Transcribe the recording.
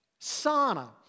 sauna